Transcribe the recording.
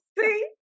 See